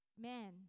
Man